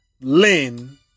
Lynn